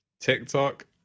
TikTok